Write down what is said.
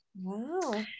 wow